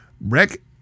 Rick